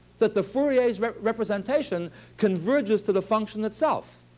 that the fourier representation converges to the function itself.